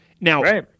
Now